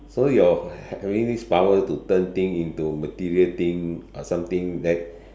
so your having this power to turn thing into material thing or something that